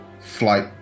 flight